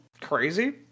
crazy